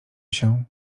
się